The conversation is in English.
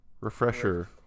refresher